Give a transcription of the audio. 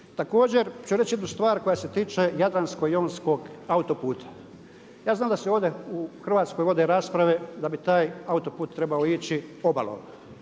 Također ću reći jednu stvar koja se tiče jadransko-jonskog autoputa. Ja znam da se ovdje u Hrvatskoj vode rasprave da bi taj autoput trebao ići obalom.